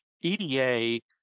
EDA